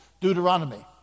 Deuteronomy